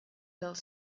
build